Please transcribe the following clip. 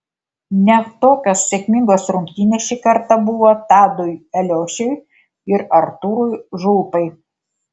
ne tokios sėkmingos rungtynės šį kartą buvo tadui eliošiui ir artūrui žulpai